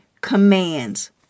commands